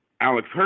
Alex